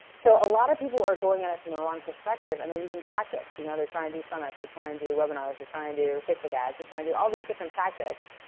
so a lot of people are going at it from the wrong perspective and they're using tactics. you know they're trying to do summits. they're trying to do webinars. they're trying to do facebook ads. they're trying to do all of these different tactics,